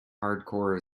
hardcore